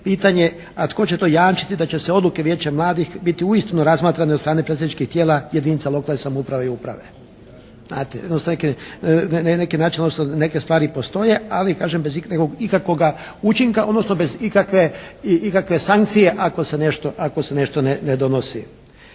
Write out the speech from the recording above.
pitanje a tko će to jamčiti da će se odluke Vijeća mladih biti uistinu razmatrane od strane predstavničkih tijela jedinica lokalne samouprave i uprave? Znate, jednostavno neke, na neki način neke stvari postoje ali kažem bez nekog ikakvoga učinka odnosno bez ikakve sankcije ako se nešto ne donosi.